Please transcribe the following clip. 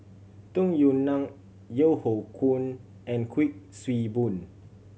Tung Yue Nang Yeo Hoe Koon and Kuik Swee Boon